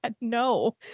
No